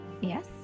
Yes